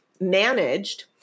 managed